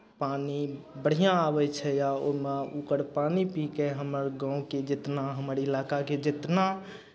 पानि बढ़िआँ आबै छै या ओहिमे ओकर पानि पी कऽ हमर गाँवके जेतना हमर इलाकाके जेतना